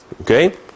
Okay